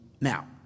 now